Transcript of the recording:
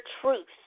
truth